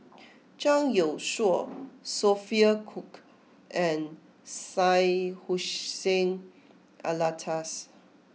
Zhang Youshuo Sophia Cooke and Syed Hussein Alatas